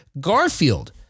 Garfield